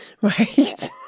right